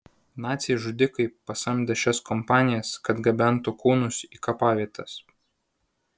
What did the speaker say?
naciai žudikai pasamdė šias kompanijas kad gabentų kūnus į kapavietes